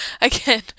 again